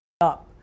up